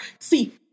See